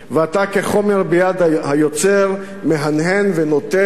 ואתה כחומר ביד היוצר מהנהן ונותן,